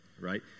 right